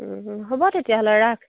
হ'ব তেতিয়াহ'লে ৰাখ